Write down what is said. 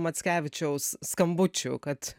mackevičiaus skambučių kad